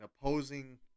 opposing